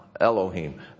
Elohim